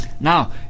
Now